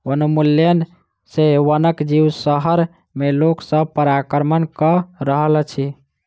वनोन्मूलन सॅ वनक जीव शहर में लोक सभ पर आक्रमण कअ रहल अछि